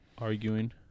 Arguing